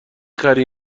خری